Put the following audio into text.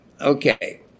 Okay